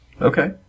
Okay